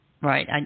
Right